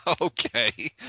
Okay